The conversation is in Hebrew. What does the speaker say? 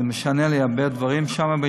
זה משנה לי הרבה דברים שם.